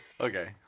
Okay